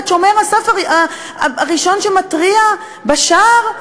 ואת שומר הסף הראשון שמתריע בשער,